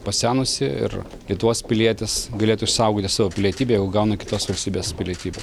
pasenusi ir lietuvos pilietis galėtų išsaugoti savo pilietybę jau gauna kitos valstybės pilietybę